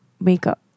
Makeup